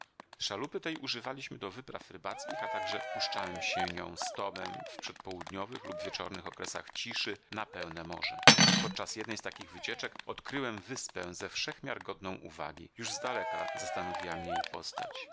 szalupy tej używaliśmy do wypraw rybackich a także puszczałem się nią z tomem w przedpołudniowych lub wieczornych okresach ciszy na pełne morze podczas jednej z takich wycieczek odkryłem wyspę ze wszech miar godną uwagi już z daleka zastanowiła mnie jej postać